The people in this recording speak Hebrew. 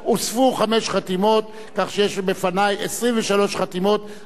כך שיש בפני 23 חתימות המבקשות הצבעה שמית.